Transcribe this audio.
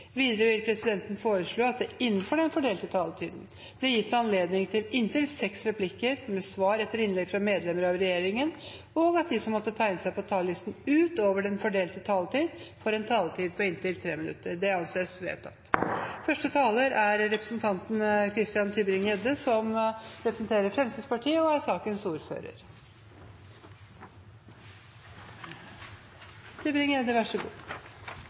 Videre vil presidenten foreslå at det – innenfor den fordelte taletid – blir gitt anledning til replikkordskifte på inntil seks replikker med svar etter innlegg fra medlemmer av regjeringen, og at de som måtte tegne seg på talerlisten utover den fordelte taletid, får en taletid på inntil 3 minutter. – Det anses vedtatt. Regjeringen har forhandlet fram en avtale mellom EØS/EFTA-statene og